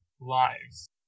lives